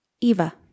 Eva